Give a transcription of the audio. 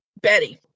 Betty